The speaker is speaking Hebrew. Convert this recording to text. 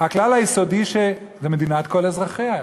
הכלל היסודי שזו מדינת כל אזרחיה.